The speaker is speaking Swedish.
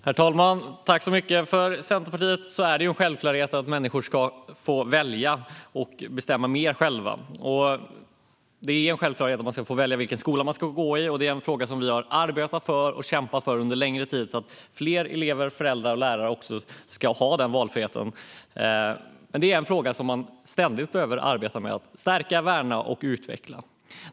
Herr talman! För Centerpartiet är det en självklarhet att människor ska få välja och bestämma mer själva. Det är en självklarhet att få välja vilken skola man ska gå i. Det är en fråga som vi har arbetat och kämpat för under lång tid så att fler elever, föräldrar och lärare ska ha den valfriheten. Det är en fråga som man ständigt behöver arbeta med, stärka, värna och utveckla.